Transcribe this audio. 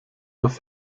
dass